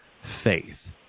faith